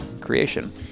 creation